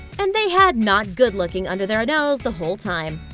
and they had not good looking under their nose the whole time.